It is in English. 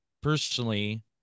personally